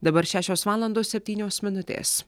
dabar šešios valandos septynios minutės